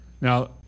Now